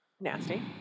Nasty